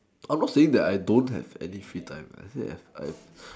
I not saying that I don't have any free time I said as I